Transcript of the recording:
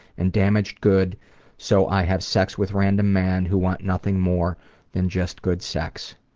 and damaged good so i have sex with random man who want nothing more than just good sex.